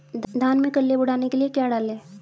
धान में कल्ले बढ़ाने के लिए क्या डालें?